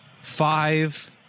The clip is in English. five